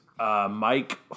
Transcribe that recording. Mike